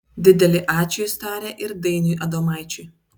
didelį ačiū jis taria ir dainiui adomaičiui